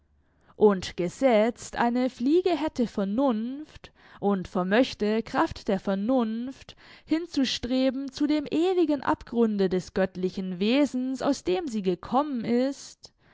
und gesetzt eine fliege hätte vernunft und vermöchte kraft der vernunft hinzustreben zu dem ewigen abgrunde des göttlichen wesens aus dem sie gekommen ist